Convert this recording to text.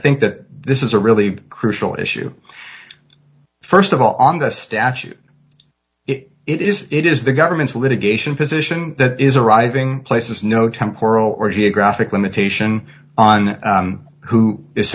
think that this is a really crucial issue first of all on the statute if it is it is the government's litigation position that is arriving places no temporal or geographic limitation on who is